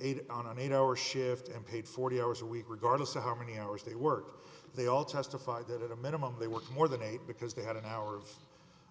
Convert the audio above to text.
eight on an eight hour shift and paid forty hours a week regardless of how many hours they work they all testified that at a minimum they worked more than eight because they had an hour